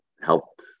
helped